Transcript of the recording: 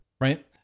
Right